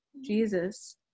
Jesus